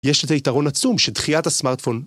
‫יש את היתרון עצום ‫של תחיית הסמארטפון.